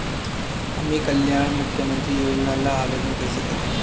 हम ई कल्याण मुख्य्मंत्री योजना ला आवेदन कईसे करी?